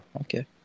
Okay